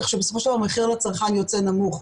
כך שבסופו של דבר המחיר לצרכן יוצא נמוך.